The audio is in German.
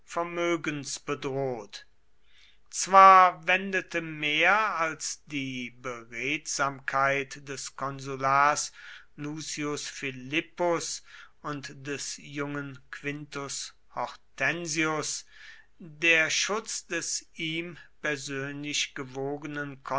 bedroht zwar wendete mehr als die beredsamkeit des konsulars lucius philippus und des jungen quintus hortensius der schutz des ihm persönlich gewogenen